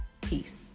Peace